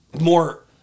more